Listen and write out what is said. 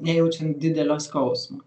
nejaučiant didelio skausmo